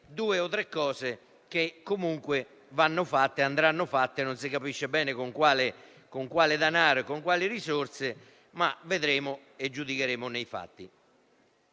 due o tre cose che comunque vanno fatte e andranno fatte, non si capisce bene con quale denaro e con quali risorse, ma vedremo e giudicheremo nei fatti.